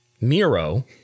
Miro